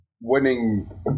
winning